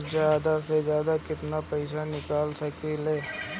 जादा से जादा कितना पैसा निकाल सकईले?